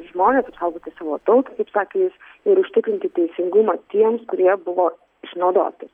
žmones apsaugoti savo tautą kaip sakė jis ir užtikrinti teisingumą tiems kurie buvo išnaudoti